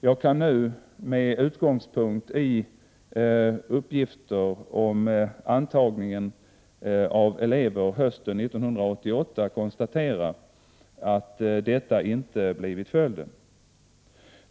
Jag kan nu, med utgångspunkt i uppgifter om intagningen av elever hösten 1988, konstatera att detta inte blivit följden.